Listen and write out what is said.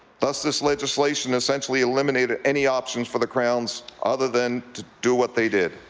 thus this legislation essentially eliminated any options for the crowns other than to do what they did.